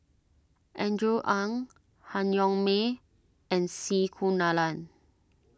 Andrew Ang Han Yong May and C Kunalan